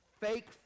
Fake